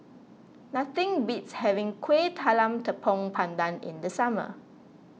nothing beats having Kueh Talam Tepong Pandan in the summer